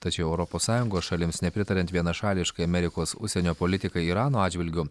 tačiau europos sąjungos šalims nepritariant vienašališkai amerikos užsienio politikai irano atžvilgiu